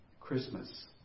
Christmas